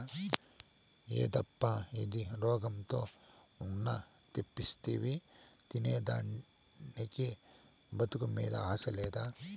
యేదప్పా ఇది, రోగంతో ఉన్న తెప్పిస్తివి తినేదానికి బతుకు మీద ఆశ లేదా